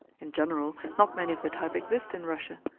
in general, not many of the type exist in russia,